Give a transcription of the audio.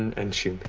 and she